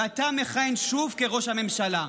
ואתה מכהן שוב כראש ממשלה.